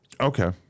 Okay